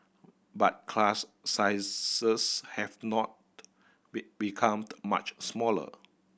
but class sizes have not be become much smaller